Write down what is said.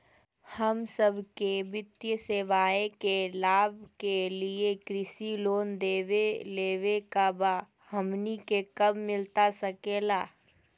हम सबके वित्तीय सेवाएं के लाभ के लिए कृषि लोन देवे लेवे का बा, हमनी के कब मिलता सके ला?